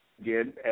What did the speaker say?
Again